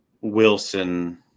Wilson